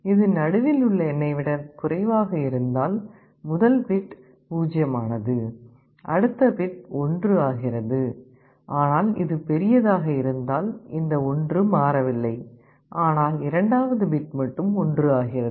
இது நடுவில் உள்ள எண்ணை விடக் குறைவாக இருந்தால் முதல் பிட் 0 ஆனது அடுத்த பிட் 1 ஆகிறது ஆனால் இது பெரியதாக இருந்தால் இந்த 1 மாறவில்லை ஆனால் இரண்டாவது பிட் மட்டும் 1 ஆகிறது